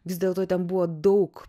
vis dėlto ten buvo daug